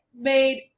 made